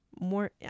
More